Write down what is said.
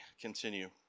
continue